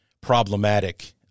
problematic